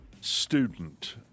student